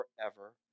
forever